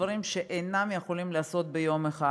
דברים שאינם יכולים להיעשות ביום אחד,